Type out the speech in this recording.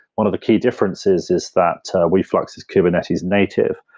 one of the key differences is that weave flux his kubernetes native,